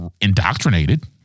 indoctrinated